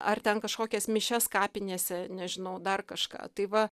ar ten kažkokias mišias kapinėse nežinau dar kažką tai va